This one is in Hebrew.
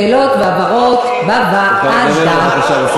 שאלות והבהרות בוועדה.